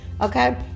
Okay